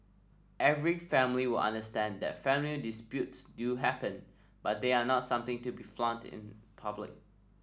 every family will understand that family disputes do happen but they are not something to flaunt in public